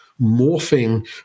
morphing